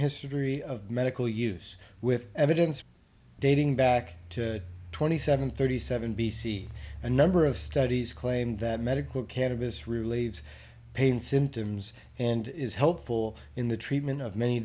history of medical use with evidence dating back to twenty seven thirty seven b c a number of studies claimed that medical cannabis relieves pain symptoms and is helpful in the treatment of many